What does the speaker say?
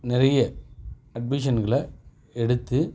நிறைய அட்மிஷன்களை எடுத்து